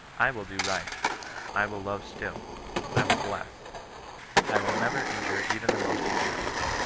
i will do right i will love still i will bless i will never injure even the most injurious